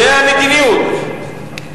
זו המדיניות.